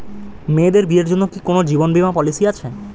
মেয়েদের বিয়ের জন্য কি কোন জীবন বিমা পলিছি আছে?